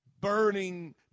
burning